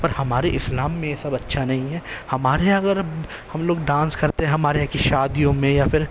پر ہمارے اسلام میں یہ سب اچھا نہیں ہے ہمارے یہاں اگر ہم لوگ ڈانس کرتے ہمارے یہاں کی شادیوں میں یا پھر